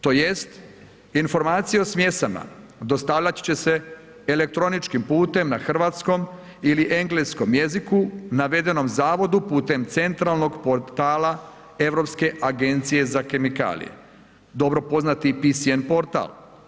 Tj. informacije o smjesama dostavljati će se elektroničkim putem na hrvatskom ili engleskom jeziku, navedenom zavodu putem centralnog portala Europske agencije za kemikalije, dobro poznati PCN portal.